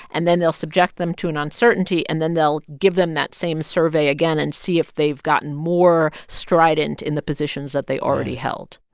and then they'll subject them to an uncertainty, and then they'll give them that same survey again and see if they've gotten more strident in the positions that they already held